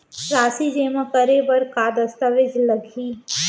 राशि जेमा करे बर का दस्तावेज लागही?